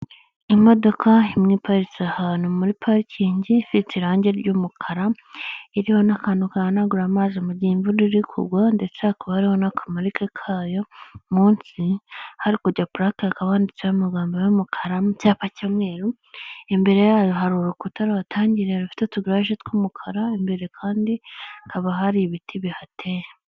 Imodoka imwe iparitse ahantu muri parikingi ifite irange ry'umukara, iriho n'akantu gahanagura amazi mu igihe imvura iri kugwa ndetes hakaba hariho n'aka marike kayo, munsi ahari kujya purake hakaba handitseho amagambo y'umukara n'icyapa cy'umweru, imbere yayo hari urukuta ruhatangiriye rufite utugaraje tw'umukara, imbere kandi hakaba hari ibiti bihateye.